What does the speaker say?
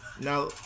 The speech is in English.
now